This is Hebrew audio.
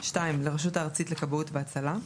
(2)לרשות הארצית לכבאות והצלה,